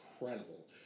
incredible